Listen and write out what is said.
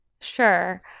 Sure